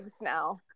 now